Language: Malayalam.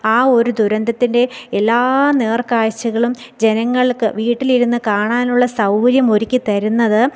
ആ ഒരു ദുരന്തന്തിൻ്റെ എല്ലാ നേർകാഴ്ച്ചകളും ജനങ്ങൾക്ക് വീട്ടിലിരുന്ന് കാണാനുള്ള സൗകര്യം ഒരുക്കി തരുന്നത്